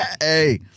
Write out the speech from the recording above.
hey